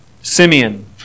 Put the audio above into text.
Simeon